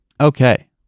Okay